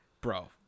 Bro